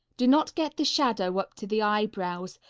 do not get the shadow up to the eyebrows,